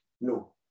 no